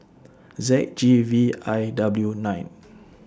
Z G V I W nine